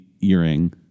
earring